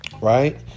Right